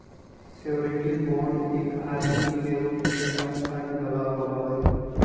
surety bond एक आदमी के रूप में साक्षात गवाह होबा हई